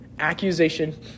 accusation